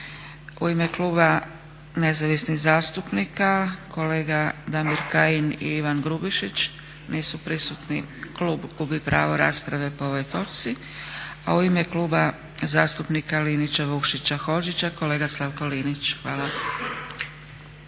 U ime Kluba Nezavisnih zastupnika kolega Damir Kajin i Ivan Grubišić. Nisu prisutni, klub gubi pravo rasprave po ovoj točci. A u ime Kluba zastupnika Linića, Vukšića, Hodžića kolega Slavko Linić. Hvala.